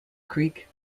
creek